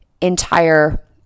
entire